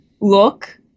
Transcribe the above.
look